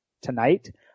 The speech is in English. tonight